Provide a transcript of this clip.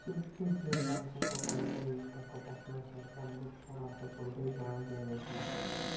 ଶ୍ରୀଯୁକ୍ତ ଜିଓରଗାନସ୍ଙ୍କ ଅନୁଯାୟୀ ତାଙ୍କ ପ୍ରଶ୍ନ ସରକାରଙ୍କୁ ଛଅ ମାସ ପୂର୍ବେ ଜଣାଇ ଦିଆଯାଇଥିଲା